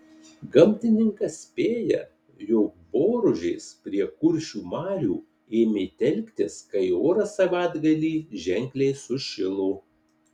gamtininkas spėja jog boružės prie kuršių marių ėmė telktis kai oras savaitgalį ženkliai sušilo